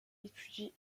étudie